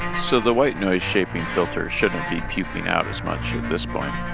so the white noise shaping filter shouldn't be puking out as much at this point i